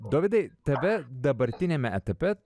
dovydai tave dabartiniame etape